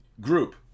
group